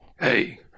Hey